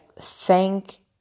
thank